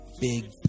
big